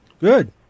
Good